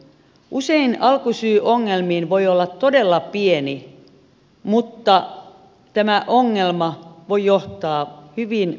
usein alkusyy ongelmiin voi olla todella pieni mutta tämä ongelma voi johtaa hyvin epätoivoisiin tekoihin